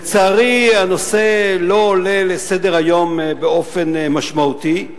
לצערי, הנושא לא עולה לסדר-היום באופן משמעותי.